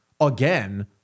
again